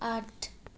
आठ